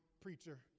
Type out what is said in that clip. preacher